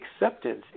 acceptance